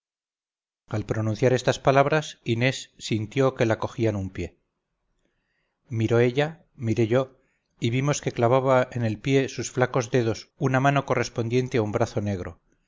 al pronunciar estas palabras inés sintió que la cogían un pie miró ella miré yo y vimos que clavaba en el pie sus flacos dedos una mano correspondiente a un brazo negro